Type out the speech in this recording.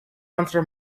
entre